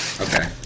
Okay